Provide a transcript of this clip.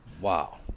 Wow